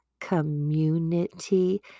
Community